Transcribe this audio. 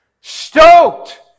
Stoked